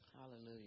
Hallelujah